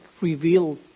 reveal